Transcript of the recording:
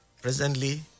Presently